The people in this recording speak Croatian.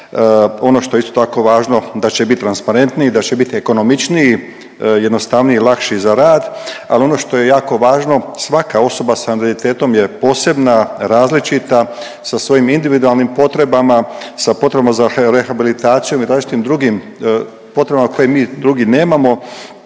Ono što je isto tako važno da će bit transparentniji, da će bit ekonomičniji, jednostavniji i lakši za rad. Al ono što je jako važno, svaka osoba s invaliditetom je posebna, različita sa svojim individualnim potrebama, sa potrebama za rehabilitacijom i različitim drugim potrebama koje mi drugi nemamo